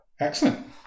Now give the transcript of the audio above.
excellent